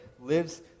lives